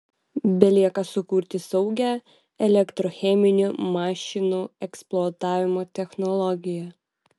belieka sukurti saugią elektrocheminių mašinų eksploatavimo technologiją